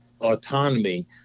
autonomy